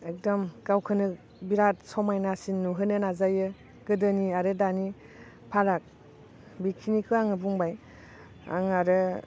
एकदम गावखौनो बिराथ समायनासिन नुहोनो नाजायो गोदोनि आरो दानि फाराग बेखिनिखौ आङो बुंबाय आङो आरो